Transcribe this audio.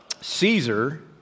Caesar